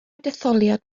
detholiad